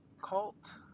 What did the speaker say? cult